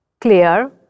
clear